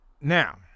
Now